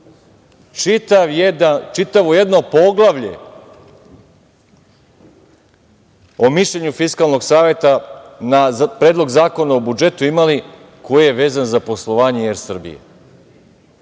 čitavo jedno poglavlje o mišljenju Fiskalnog saveta na Predlog zakona o budžetu imali koji je vezan za poslovanje „Er Srbije“.